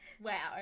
Wow